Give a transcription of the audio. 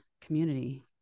community